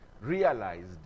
realized